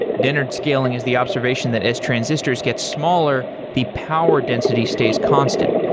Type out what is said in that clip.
dennard scaling is the observation that as transistors get smaller, the power density stays constant.